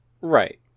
Right